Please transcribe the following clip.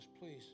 please